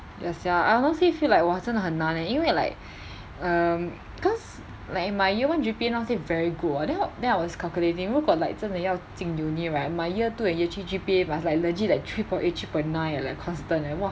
ya sia I honestly feel like !wah! 真的很难 leh 因为 like um cause like my year one G_P_A not say very good hor then then I was calculating 如果 like 真的要进 uni right my year two and year three G_P_A must like legit like three point eight three point nine eh like constant eh !wah!